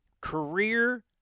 career